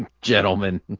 Gentlemen